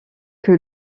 que